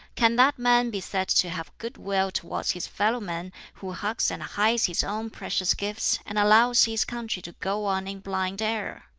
can that man be said to have good-will towards his fellow-men who hugs and hides his own precious gifts and allows his country to go on in blind error?